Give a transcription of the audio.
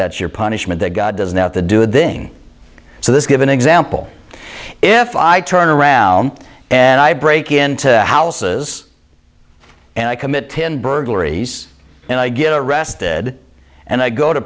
that your punishment that god does now to do then so this give an example if i turn around and i break into houses and i commit ten burglaries and i get arrested and i go to